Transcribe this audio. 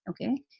Okay